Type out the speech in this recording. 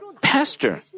pastor